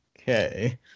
Okay